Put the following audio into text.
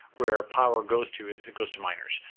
where power goes to is it goes to miners,